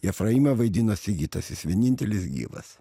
jefraimą vaidino sigitas jis vienintelis gyvas